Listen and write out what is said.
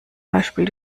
beispiel